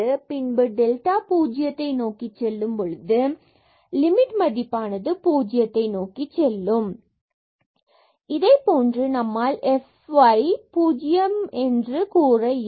பின்பு டெல்டா பூஜ்ஜியத்தை நோக்கி செல்லும் பொழுது லிமிட் மதிப்பானது பூஜ்ஜியத்தை நோக்கிச் செல்லும் fx00fx0 f00x0 fy00f0y f00y 0 மற்றும் இதை போன்று நம்மால் fy 0 0 and 0 என்று கூற இயலும்